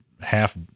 half